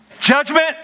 Judgment